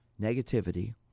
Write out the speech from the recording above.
negativity